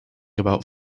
about